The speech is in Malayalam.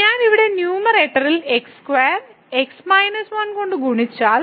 ഞാൻ ഇവിടെ ന്യൂമറേറ്ററിൽ x2 x 1 കൊണ്ട് ഗുണിച്ചാൽ